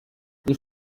you